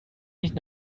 nicht